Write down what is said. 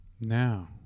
Now